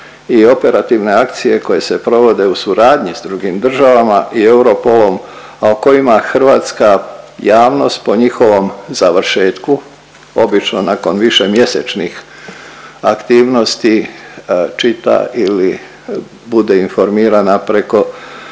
i operativne akcije koje se provode u suradnji s drugim državama i Europolom, a o kojima Hrvatska javnost po njihovom završetku obično nakon višemjesečnih aktivnosti čita ili bude informirana preko